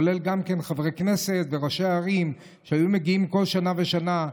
כולל חברי כנסת וראשי ערים שהיו מגיעים כל שנה ושנה.